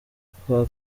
kwa